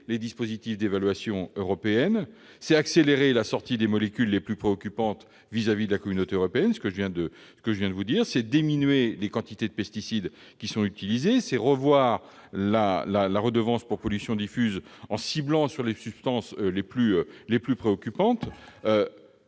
les dispositifs d'évaluation européenne, accélérer la sortie des molécules les plus préoccupantes vis-à-vis de l'Union européenne, je viens de le dire, diminuer la quantité de pesticides utilisés, revoir la redevance pour pollution diffuse en ciblant les substances les plus préoccupantes,